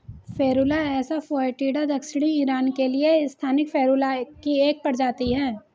Ferula assa foetida दक्षिणी Iran के लिए स्थानिक फेरुला की एक प्रजाति है